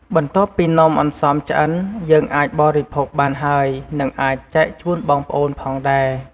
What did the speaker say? បន្ទាប់ពីនំអន្សមឆ្អិន យើងអាចបរិភោគបានហើយនិងអាចចែកជូនបងប្អូនផងដែរ។